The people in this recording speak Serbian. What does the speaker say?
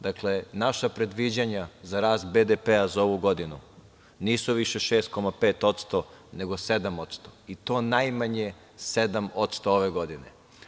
Dakle, naša predviđanja za rast BDP za ovu godinu nisu više 6,5%, nego 7% i to najmanje 7% ove godine.